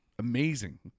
amazing